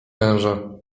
węża